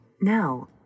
Now